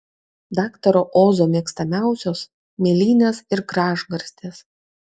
daktaro ozo mėgstamiausios mėlynės ir gražgarstės